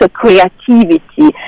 creativity